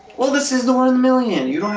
well, this is the one million you